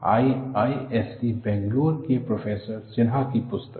IISc Bangalore के professor Simha की पुस्तक